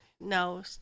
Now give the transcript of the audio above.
no